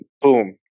boom